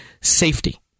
safety